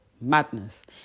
madness